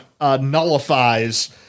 nullifies